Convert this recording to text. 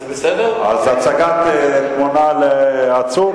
טוב שאתה שואל וטוב שאתה מבהיר,